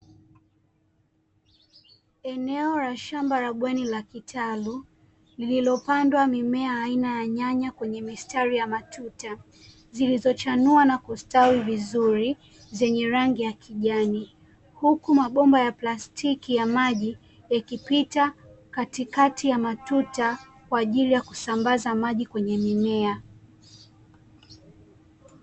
Eneo la shamba la bweni la kitalu lililopandwa mimea aina ya nyanya kwenye mistari ya matuta, zilizochanua na kustawi vizuri zenye rangi ya kijani, huku mabomba ya plastiki ya maji yakipita katikati ya matuta kwa ajili ya kusambaza maji kwenye mimea.